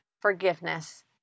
forgiveness